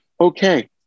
okay